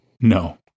no